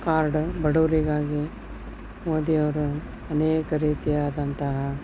card ಬಡವರಿಗಾಗಿ ಮೋದಿ ಅವರು ಅನೇಕ ರೀತಿಯಾದಂತಹ